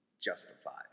justified